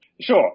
Sure